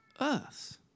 earth